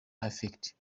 effect